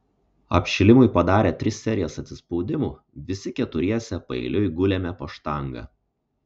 apšilimui padarę tris serijas atsispaudimų visi keturiese paeiliui gulėme po štanga